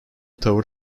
tavır